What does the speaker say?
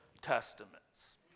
Testaments